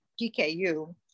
DKU